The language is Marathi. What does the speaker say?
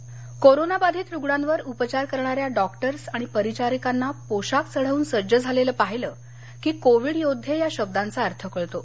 आयआयटी मद्रास कोरोना बाधित रुग्णांवर उपचार करणाऱ्या डॉक्टर्स आणि परिचारिकांना पोषाख चढवून सज्ज झालेलं पाहिलं की कोविड योद्वे या शब्दांचा अर्थ कळतो